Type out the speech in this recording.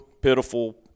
pitiful